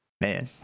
Man